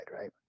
right